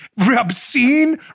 obscene